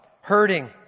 hurting